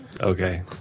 okay